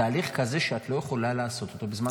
תהליך כזה שאת לא יכולה לעשות אותו בזמן מלחמה,